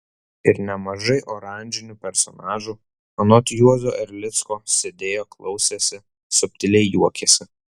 ir nemažai oranžinių personažų anot juozo erlicko sėdėjo klausėsi subtiliai juokėsi